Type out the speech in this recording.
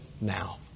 now